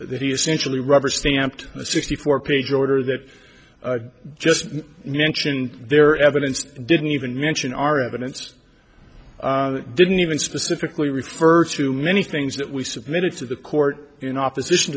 that he essentially rubber stamped the sixty four page order that just mentioned their evidence didn't even mention our evidence didn't even specifically refer to many things that we submitted to the court in opposition